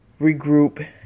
regroup